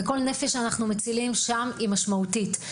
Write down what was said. כל נפש שאנחנו מצילים שם היא משמעותית.